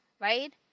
right